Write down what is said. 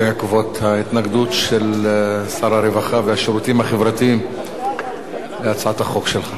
בעקבות ההתנגדות של שר הרווחה והשירותים החברתיים להצעת החוק שלך.